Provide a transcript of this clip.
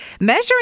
measuring